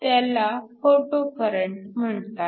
त्याला photo current म्हणतात